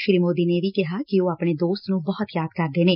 ਸ੍ਰੀ ਸੋਦੀ ਨੈ ਇਹ ਵੀ ਕਿਹਾ ਕਿ ਉਹ ਆਪਣੇ ਦੋਸਤ ਨੈ ਬਹੁਤ ਯਾਦ ਕਰਦੇ ਨੇ